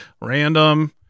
random